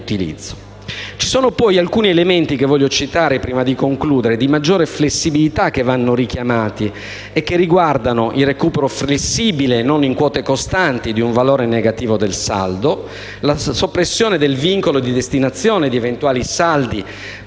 citare alcuni elementi di maggiore flessibilità che riguardano il recupero flessibile non in quote costanti di un valore negativo del saldo, la soppressione del vincolo di destinazione di eventuali saldi